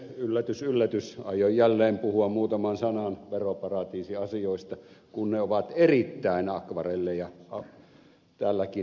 yllätys yllätys aion jälleen puhua muutaman sanan veroparatiisiasioista kun ne ovat erittäin akvarelleja tälläkin hetkellä